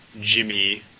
Jimmy